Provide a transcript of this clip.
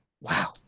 wow